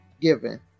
given